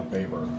paper